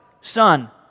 Son